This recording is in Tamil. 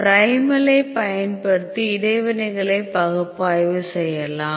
ப்ரைமலைப் பயன்படுத்தி இடைவினைகளை பகுப்பாய்வு செய்யலாம்